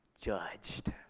judged